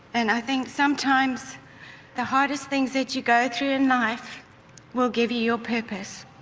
and i think sometimes the hardest things that you go through in life will give you your purpose.